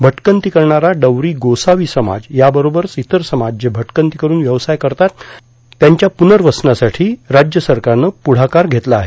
भटकंती करणारा डवरी गोसावी समाज याबरोबरच इतर समाज जे भटकंती करून व्यवसाय करतात त्यांच्या पुनर्वसनासाठी राज्य सरकारनं पुढाकार घेतला आहे